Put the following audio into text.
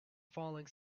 falling